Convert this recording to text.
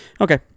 Okay